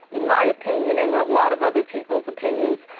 in my opinion and a lot of other people's opinion,